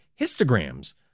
histograms